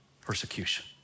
persecution